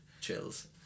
chills